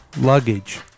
luggage